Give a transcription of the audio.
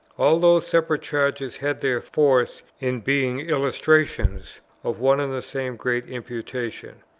all those separate charges had their force in being illustrations of one and the same great imputation.